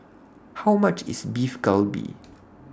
How much IS Beef Galbi